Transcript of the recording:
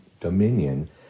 dominion